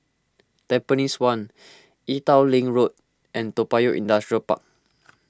Tampines one Ee Teow Leng Road and Toa Payoh Industrial Park